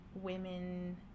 women